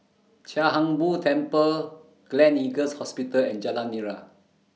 Chia Hung Boo Temple Gleneagles Hospital and Jalan Nira